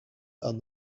are